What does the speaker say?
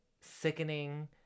sickening